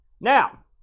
Now